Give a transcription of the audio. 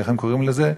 איך הם קוראים לזה?